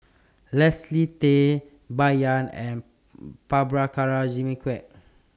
Leslie Tay Bai Yan and Prabhakara Jimmy Quek